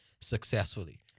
successfully